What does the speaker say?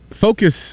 Focus